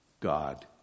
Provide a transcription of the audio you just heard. God